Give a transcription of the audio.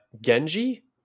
Genji